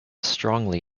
strongly